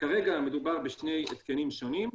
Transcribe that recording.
כרגע מדובר בשני התקנים שונים,